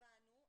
הבנו,